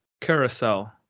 Carousel